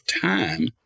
time